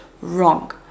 Wrong